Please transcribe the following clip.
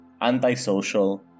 antisocial